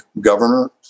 governor